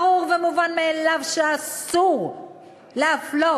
ברור ומובן מאליו שאסור להפלות